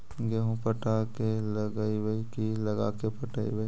गेहूं पटा के लगइबै की लगा के पटइबै?